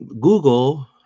Google